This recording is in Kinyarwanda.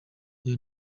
ayo